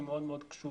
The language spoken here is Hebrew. היא מאוד קשורה.